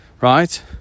right